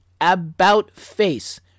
about-face